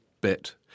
bit